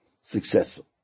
successful